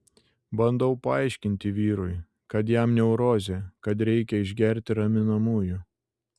bandau paaiškinti vyrui kad jam neurozė kad reikia išgerti raminamųjų